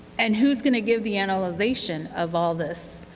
and who is going to give the analyzation of all this?